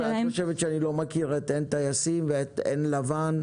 את חושבת שאני לא מכיר את עין טייסים ואת עין לבן,